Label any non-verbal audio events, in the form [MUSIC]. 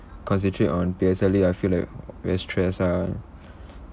concentrate on P_S_L_E I feel like very stressed ah [BREATH]